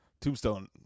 Tombstone